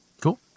Cool